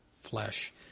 flesh